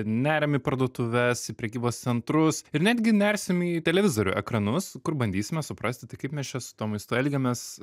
neriam į parduotuves į prekybos centrus ir netgi nersim į televizorių ekranus kur bandysime suprasti tai kaip mes čia su tuo maistu elgiamės